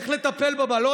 איך לטפל בבלונים?